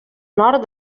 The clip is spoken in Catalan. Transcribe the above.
nord